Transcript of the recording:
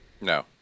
No